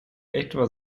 etwa